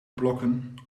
blokken